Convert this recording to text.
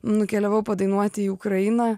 nukeliavau padainuoti į ukrainą